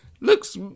Looks